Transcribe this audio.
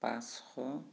ৰ্পাঁচশ